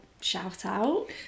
shout-out